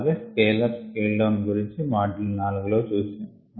అలాగే scale up scale down గురించి module 4 లో చూశాము